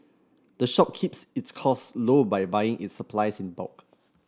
the shop keeps its costs low by buying its supplies in bulk